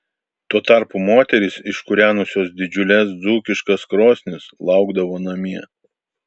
tuo tarpu moterys iškūrenusios didžiules dzūkiškas krosnis laukdavo namie